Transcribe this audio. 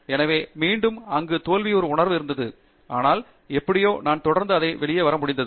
எனவே மீண்டும் அங்கு தோல்வி ஒரு உணர்வு இருந்தது ஆனால் எப்படியோ நான் தொடர்ந்து அதை வெளியே வர முடிந்தது